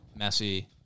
Messi